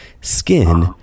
skin